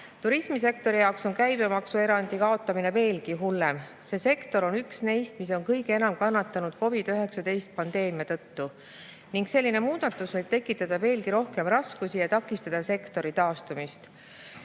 Turismisektori jaoks on käibemaksuerandi kaotamine veelgi hullem. See sektor on üks neist, mis on kõige enam kannatanud COVID-19 pandeemia tõttu, ning selline muudatus võib tekitada veelgi rohkem raskusi ja takistada sektori taastumist.